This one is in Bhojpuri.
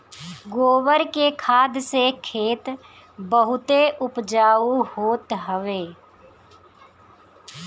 गोबर के खाद से खेत बहुते उपजाऊ होत हवे